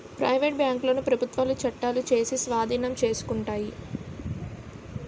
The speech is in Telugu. ప్రైవేటు బ్యాంకులను ప్రభుత్వాలు చట్టాలు చేసి స్వాధీనం చేసుకుంటాయి